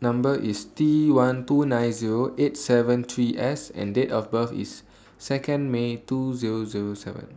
Number IS T one two nine Zero eight seven three S and Date of birth IS Second May two Zero Zero seven